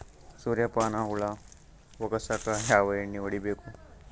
ಸುರ್ಯಪಾನ ಹುಳ ಹೊಗಸಕ ಯಾವ ಎಣ್ಣೆ ಹೊಡಿಬೇಕು?